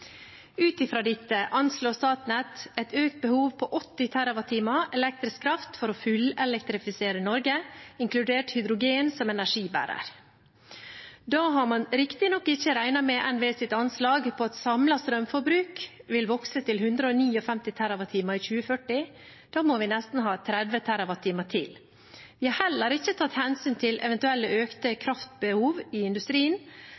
Ut fra dette anslår Statnett et økt behov på 80 TWh elektrisk kraft for å fullelektrifisere Norge, inkludert hydrogen som energibærer. Da har man riktignok ikke regnet med NVEs anslag på at samlet strømforbruk vil vokse til 159 TWh i 2040. Da må vi nesten ha 30 TWh til. Det er heller ikke tatt hensyn til eventuelle økte kraftbehov i industrien